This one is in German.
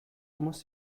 muss